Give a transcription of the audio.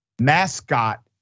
mascot